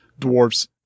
dwarves